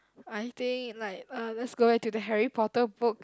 I think like uh let's go back to the Harry-Potter book